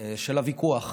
של הוויכוח.